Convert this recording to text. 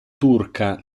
turca